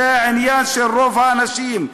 זה העניין של רוב האנשים,